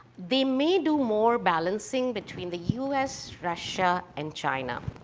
they may do more balancing between the us, russia, and china.